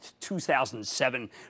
2007